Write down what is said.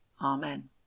Amen